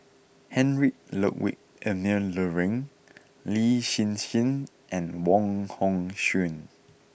Heinrich Ludwig Emil Luering Lin Hsin Hsin and Wong Hong Suen